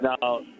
Now